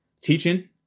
teaching